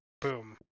Boom